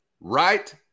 Right